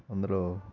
అందులో